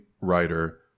writer